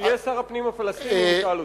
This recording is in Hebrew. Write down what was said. כשיהיה שר הפנים הפלסטיני נשאל אותו.